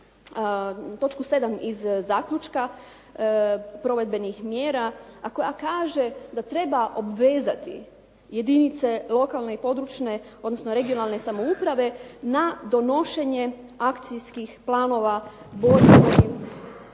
točku 7 iz zaključka provedbenih mjera, a koja kaže da treba obvezati jedinice lokalne i područne, odnosno regionalne samouprave na donošenje akcijskih planova … /Govornica